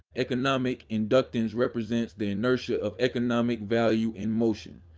economic inductance represents the inertia of economic value in motion.